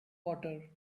water